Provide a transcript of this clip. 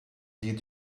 did